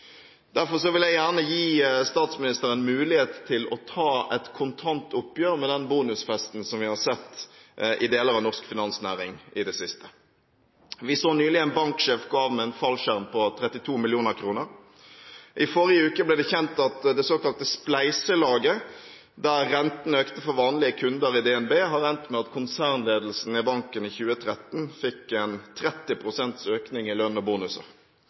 vil jeg gjerne gi statsministeren mulighet til å ta et kontant oppgjør med den bonusfesten som vi har sett i deler av norsk finansnæring i det siste. Vi så nylig en banksjef gå av med en fallskjerm på 32 mill. kr. I forrige uke ble det kjent at det såkalte spleiselaget, der renten økte for vanlige kunder i DNB, har endt med at konsernledelsen i banken i 2013 fikk en 30 pst. økning i lønn og bonuser.